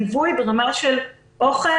ליווי ברמה של אוכל,